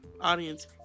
audience